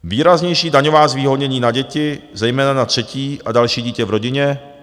Výraznější daňová zvýhodnění na děti, zejména na třetí a další dítě v rodině.